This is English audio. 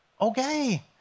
Okay